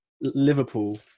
Liverpool